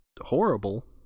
horrible